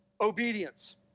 obedience